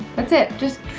that's it, just